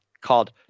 called